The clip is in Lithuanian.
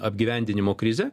apgyvendinimo krizę